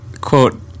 quote